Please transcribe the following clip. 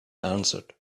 answered